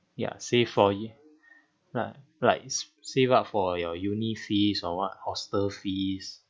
ya save for you like like save up for your uni fees or what hostel fees